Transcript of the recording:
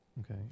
Okay